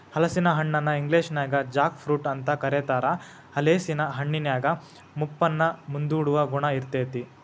ಹಲಸಿನ ಹಣ್ಣನ ಇಂಗ್ಲೇಷನ್ಯಾಗ ಜಾಕ್ ಫ್ರೂಟ್ ಅಂತ ಕರೇತಾರ, ಹಲೇಸಿನ ಹಣ್ಣಿನ್ಯಾಗ ಮುಪ್ಪನ್ನ ಮುಂದೂಡುವ ಗುಣ ಇರ್ತೇತಿ